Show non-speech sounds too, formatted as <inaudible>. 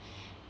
<breath>